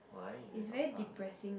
why is it not fun